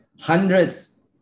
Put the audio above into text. hundreds